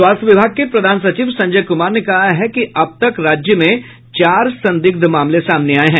स्वास्थ्य विभाग के प्रधान सचिव संजय कुमार ने कहा है कि अब तक राज्य में चार संदिग्ध मामले सामने आये हैं